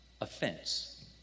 Offense